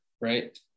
right